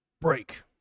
Break